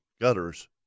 gutters